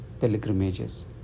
pilgrimages